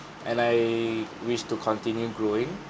and I wish to continue growing